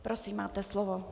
Prosím, máte slovo.